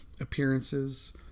appearances